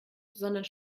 sondern